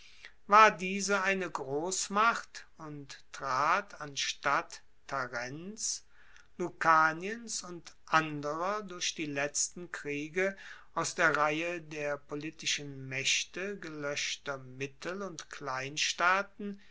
war diese eine grossmacht und trat anstatt tarents lucaniens und anderer durch die letzten kriege aus der reihe der politischen maechte geloeschter mittel und kleinstaaten